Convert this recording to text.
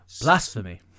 Blasphemy